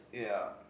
yeah